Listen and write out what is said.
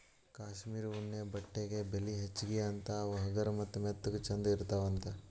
cashmere ಉಣ್ಣೆ ಬಟ್ಟೆಗೆ ಬೆಲಿ ಹೆಚಗಿ ಅಂತಾ ಅವ ಹಗರ ಮತ್ತ ಮೆತ್ತಗ ಚಂದ ಇರತಾವಂತ